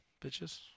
bitches